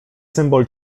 symbol